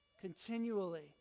continually